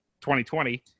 2020